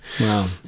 Wow